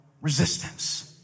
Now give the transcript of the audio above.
resistance